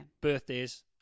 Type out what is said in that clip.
Birthdays